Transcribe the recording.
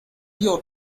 your